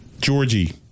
Georgie